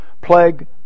plague